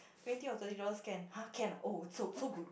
twenty or thirty dollars can !huh! can oh so so good